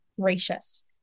gracious